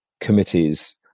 committees